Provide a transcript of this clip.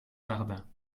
jardin